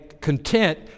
content